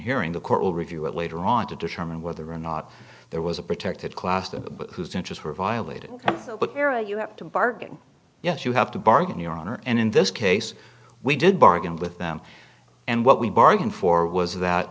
hearing the court will review it later on to determine whether or not there was a protected class that whose interests were violated but you have to bargain yes you have to bargain your honor and in this case we did bargain with them and what we bargained for was